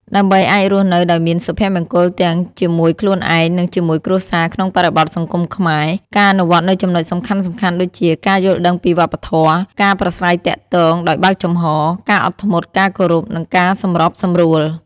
ដើម្បីអាចរស់នៅដោយមាន សុភមង្គលទាំងជាមួយខ្លួនឯង និងជាមួយគ្រួសារក្នុងបរិបទសង្គមខ្មែរ ការអនុវត្តនូវចំណុចសំខាន់ៗដូចជា ការយល់ដឹងពីវប្បធម៌ ការប្រាស្រ័យទាក់ទងដោយបើកចំហរ ការអត់ធ្មត់ ការគោរព និងការសម្របសម្រួល។